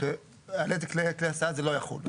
על איזה כלי הסעה זה לא יחול.